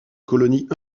colonie